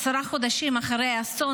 עשרה חודשים אחרי האסון,